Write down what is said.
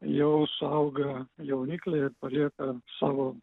jau suauga jaunikliai ir palieka savo